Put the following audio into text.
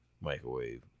microwave